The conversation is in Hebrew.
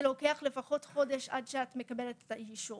לוקח לפחות חודש עד שאת מקבלת את האישור.